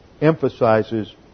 emphasizes